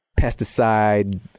pesticide